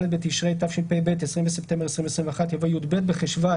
בתשרי התשפ"ב (20 בספטמבר 2021)" יבוא "י"ב בחשוון